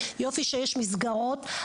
ויופי שיש מסגרות,